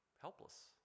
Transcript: helpless